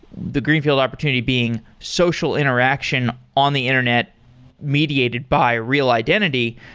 the greenfield opportunity being social interaction on the internet mediated by real identity,